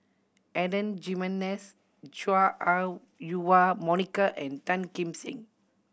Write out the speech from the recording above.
Adan Jimenez Chua Ah Huwa Monica and Tan Kim Seng